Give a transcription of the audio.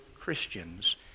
Christians